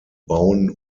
bauen